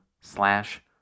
slash